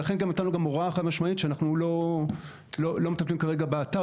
ולכן גם נתנו הוראה חד משמעית שאנחנו לא מטפלים כרגע באתר.